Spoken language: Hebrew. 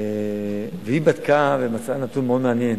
והיא בדקה ומצאה נתון מאוד מעניין.